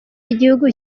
igihugu